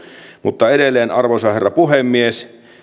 mutta edelleen arvoisa herra puhemies